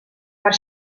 per